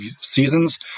seasons